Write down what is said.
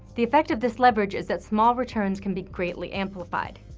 the effect of this leverage is that small returns can be greatly amplified.